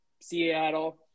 Seattle